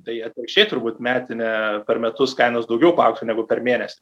tai atvirkščiai turbūt metinė per metus kainos daugiau paaugtų negu per mėnesį